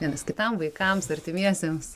vienas kitam vaikams artimiesiems